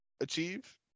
achieve